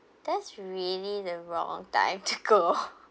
that's really the wrong time to go